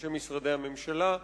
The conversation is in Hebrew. אנשי משרדי הממשלה.